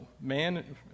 man